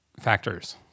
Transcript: factors